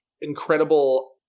incredible